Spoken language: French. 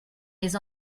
les